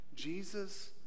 Jesus